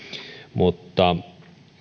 mutta